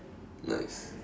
nice